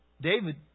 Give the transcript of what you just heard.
David